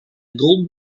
gold